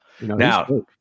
Now